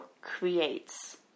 creates